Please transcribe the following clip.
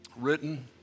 written